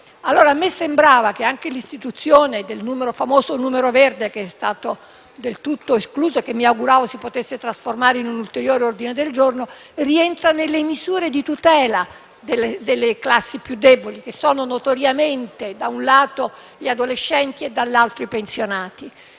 A me sembrava che anche l'istituzione del famoso numero verde, che è stato del tutto escluso e che mi auguravo si potesse trasformare in un ulteriore ordine del giorno, rientrasse nelle misure di tutela delle classi più deboli, che sono notoriamente, da un lato, gli adolescenti e, dall'altro, i pensionati.